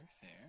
fair